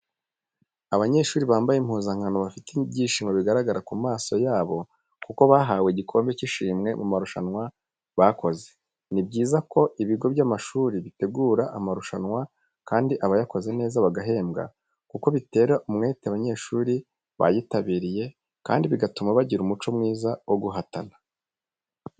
Abanyeshuri bamabaye impuzankano bafite ibyishimo bigaragara ku maso yabo kuko bahawe igikombe cy'ishimwe mu marushanwa bakoze, ni byiza ko ibigo by'amashuri bitegura amarushanwa kandi abayakoze neza bagahembwa kuko bitera umwete abanyeshuri bayitabiriye kandi bigatuma bagira umuco mwiza wo guhatana.